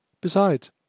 Besides